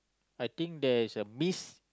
I think there is a miss